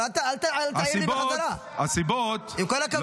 תמשיך, אבל אתה אל תענה לי בחזרה, עם כל הכבוד.